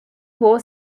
was